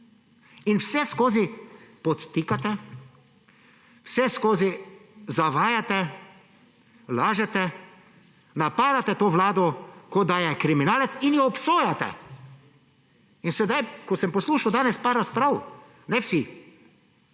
In vseskozi podtikate, vseskozi zavajate, lažete, napadete to vlado, kot da je kriminalec, in jo obsojate. Danes, ko sem poslušal par razprav; ne vsi,